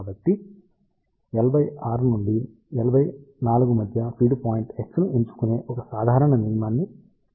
కాబట్టి L6 నుండి L4 మధ్య ఫీడ్ పాయింట్ x ను ఎంచుకునే ఒక సాధారణ నియమాన్ని నేను మీకు ఇస్తున్నాను